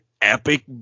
epic